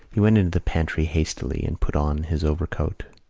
he went into the pantry hastily and put on his overcoat.